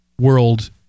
world